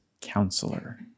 counselor